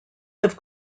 have